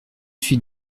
suis